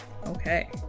Okay